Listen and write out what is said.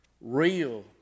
real